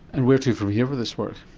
and where to from here with this work?